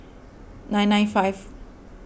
nine nine five